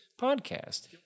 podcast